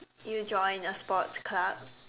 you joined a sports club